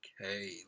Okay